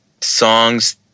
songs